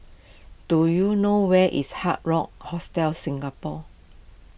do you know where is Hard Rock Hostel Singapore